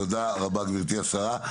תודה רבה, גברתי השרה.